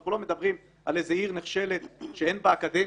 אנחנו לא מדברים על איזו עיר נחשלת שאין בה אקדמיה,